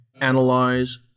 analyze